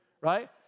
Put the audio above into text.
right